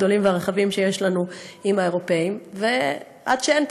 לנו עם האירופים שהם באמת גדולים ורחבים,